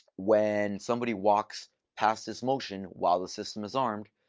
when somebody walks past this motion while the system is armed,